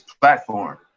platform